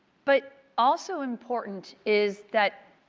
but also important is that